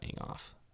off